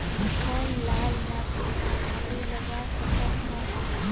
कौन लाल माटी म आलू लगा सकत हन?